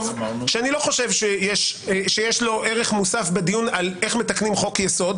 שאני לא חושב שיש לו ערך מוסף בדיון על איך מתקנים חוק יסוד.